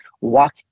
walk